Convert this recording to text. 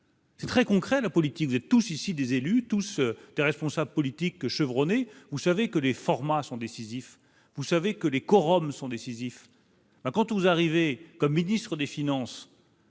C'est très concret, la politique, vous êtes tous ici des élus, tous les responsables politiques chevronnés, vous savez que les formats sont décisifs, vous savez que les corps sont décisifs, quand on vous arrivez comme ministre des Finances.